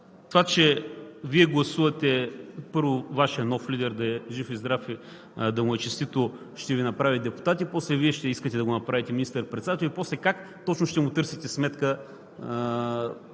държавата. Вие гласувате Вашият нов лидер – да е жив и здрав и да му е честито, да Ви направи депутати, после ще искате да го направите министър-председател и как точно ще му търсите сметка,